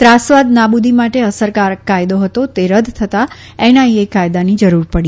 ત્રાસવાદ નાબૂદી માટે અસરકારક કાયદો હતો તે રદ થતાં એનઆઇએ કાયદાની જરૂર પડી